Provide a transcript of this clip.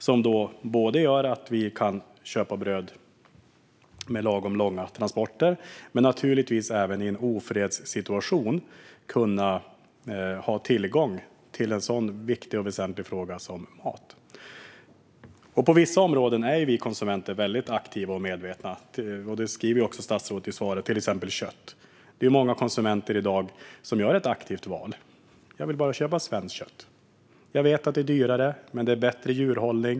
Det gör både att vi kan köpa bröd som har transporterats lagom långt och att vi i en ofredssituation skulle ha tillgång till en sådan viktig och väsentlig sak som mat. På vissa områden är vi konsumenter väldigt aktiva och medvetna, till exempel när det gäller kött. Det säger statsrådet också i svaret. Många konsumenter gör ett aktivt val i dag och vill bara köpa svenskt kött. Man vet att det är dyrare, men djurhållningen är bättre.